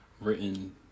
written